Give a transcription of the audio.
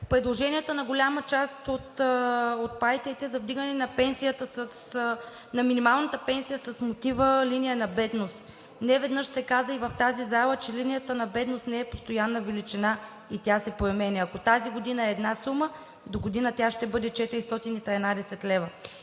предложенията на голяма част от партиите за вдигането на минималната пенсия с мотива линия на бедност. Неведнъж се каза в тази зала, че линията на бедност не е постоянна величина и тя се променя – ако тази година е една сума, догодина тя ще бъде 413 лв.